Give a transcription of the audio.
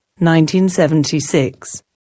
1976